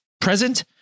present